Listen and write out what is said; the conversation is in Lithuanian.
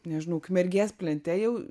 nežinau ukmergės plente jau